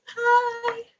Hi